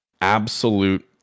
absolute